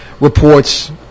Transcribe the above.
reports